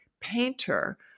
painter